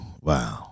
Wow